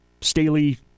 staley